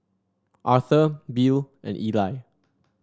Arthur Bill and Ely